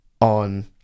on